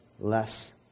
less